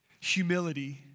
humility